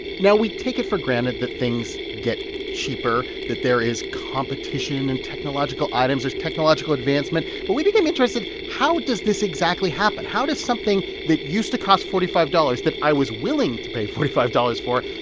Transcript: now, we take it for granted that things get cheaper, that there is competition in technological items. there's technological advancement. but we became interested. how does this exactly happen? how does something that used to cost forty five dollars, that i was willing to pay forty five dollars for,